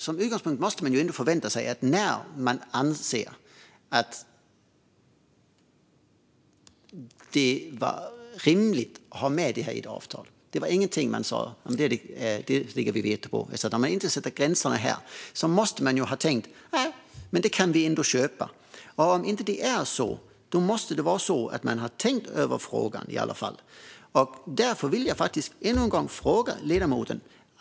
Som utgångspunkt måste man ändå förvänta sig att när man anser att det är rimligt att ta med detta i ett avtal, om man inte sätter gränserna här, måste man ha tänkt att det ändå kan köpas. Om det inte är så måste man ha tänkt över frågan. Därför vill jag ännu en gång ställa en fråga till ledamoten.